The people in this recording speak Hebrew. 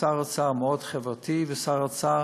ששר האוצר מאוד חברתי ושר האוצר